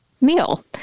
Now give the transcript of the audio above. meal